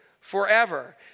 forever